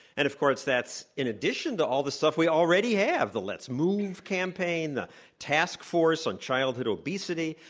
and of course, that's in addition to all the stuff we already have, the let's move campaign, the task force on childhood obesity,